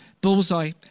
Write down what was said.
Bullseye